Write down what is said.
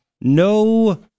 no